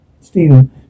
Stephen